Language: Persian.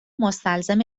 مستلزم